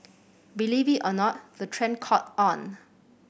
believe it or not the trend caught on